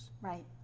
Right